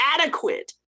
adequate